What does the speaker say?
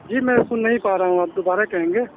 جی میں سن نہیں پا رہا ہوں آپ دوبارہ کہیں گے